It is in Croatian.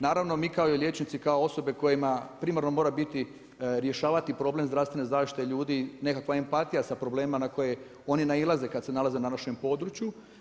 Naravno mi kao i liječnici kao osobe kojima primarno mora biti, rješavati problem zdravstvene zaštite ljudi, nekakva empatija sa problemima na koje oni nailaze kad se nalaze na našem području.